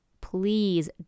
please